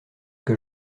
que